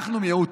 אנחנו מיעוט.